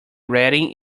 ready